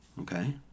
Okay